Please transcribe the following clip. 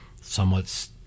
somewhat